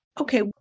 okay